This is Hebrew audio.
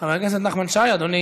חבר הכנסת נחמן שי, אדוני